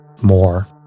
more